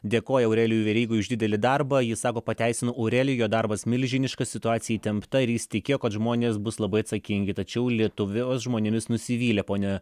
dėkoja aurelijui verygai už didelį darbą ji sako pateisina aurelijų jo darbas milžiniškas situacija įtempta ir jis tikėjo kad žmonės bus labai atsakingi tačiau lietuvos žmonėmis nusivylė ponia